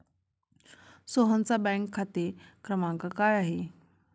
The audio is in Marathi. सोहनचा बँक खाते क्रमांक काय आहे?